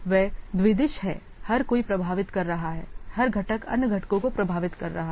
वे द्विदिश हैं हर कोई प्रभावित कर रहा है हर घटक अन्य घटकों को प्रभावित कर रहा है